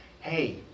hey